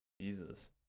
Jesus